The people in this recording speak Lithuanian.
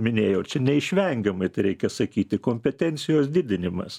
minėjau čia neišvengiamai reikia sakyti kompetencijos didinimas